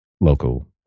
local